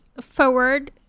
forward